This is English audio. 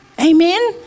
Amen